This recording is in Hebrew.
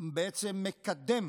בעצם מקדם